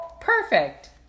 Perfect